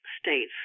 states